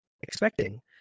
expecting